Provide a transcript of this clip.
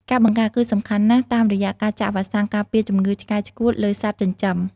ការបង្ការ គឺសំខាន់ណាស់ តាមរយៈការចាក់វ៉ាក់សាំងការពារជំងឺឆ្កែឆ្កួតលើសត្វចិញ្ចឹម។